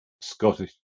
Scottish